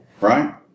right